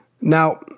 Now